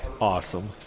Awesome